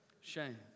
Shame